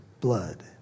blood